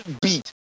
beat